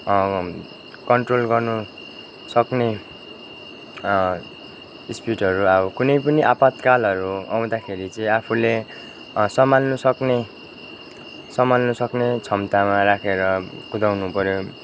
control गर्नु सक्ने स्पिडहरू अब कुनै पनि आपतकालहरू आउँदाखेरि चाहिँ आफूले सम्हाल्नु सक्ने सम्हाल्नु सक्ने क्षमतामा राखेर कुदाउनु पऱ्यो